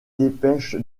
dépêche